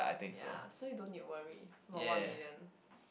ya so you don't need to worry about one million